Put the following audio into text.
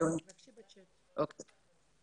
הזה של חיילים בודדים הרבה מאוד זמן, ואני